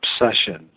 obsession